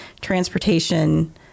transportation